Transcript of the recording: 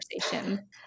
conversation